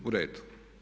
U redu.